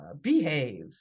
behave